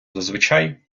зазвичай